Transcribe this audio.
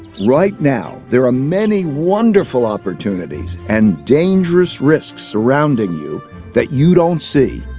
right now, there are many wonderful opportunities and dangerous risks surrounding you that you don't see.